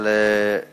על